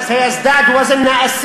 משקלנו הפוליטי